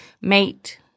mate